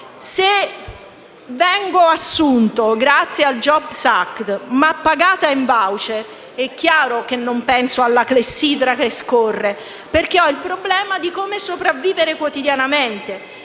Se vengo assunta grazie al *jobs act* ma pagata in *voucher*, ovviamente non penserò alla clessidra che scorre, perché ho il problema di come sopravvivere quotidianamente.